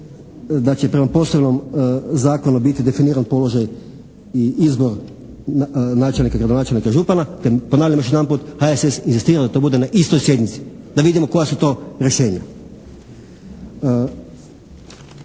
da će prema posebnom zakonu biti definiran položaj i … /Ne razumije se./ … načelnika, gradonačelnika i župana te ponavljam još jedanput HSS inzistira da to bude na istoj sjednici, da vidimo koja su to rješenja.